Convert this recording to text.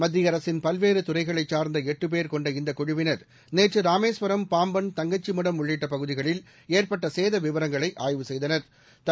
மத்திய அரசின் பல்வேறு துறைகளைச் சார்ந்த எட்டு பேர் கொண்ட இந்த குழுவினர் நேற்று ராமேஸ்வரம் பாம்பன் தங்கச்சிமடம் உள்ளிட்ட பகுதிகளில் ஏற்பட்ட சேதவிவரங்களை ஆய்வு செய்தனா்